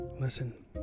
listen